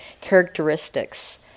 characteristics